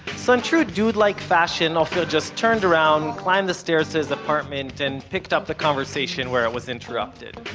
so, in true dude like fashion, ofer just turned around, climbed the stairs to his apartment, and picked up the conversation where it was interrupted.